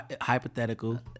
Hypothetical